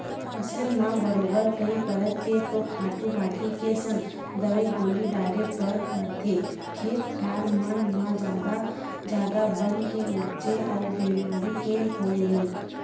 फसल म बरोबर कई परत के तो खातू माटी के संग दवई गोली डारे बर परथे, खेत खार मन म जादा जादा बन के उपजे अउ बेमारी के होय ले